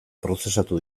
prozesatu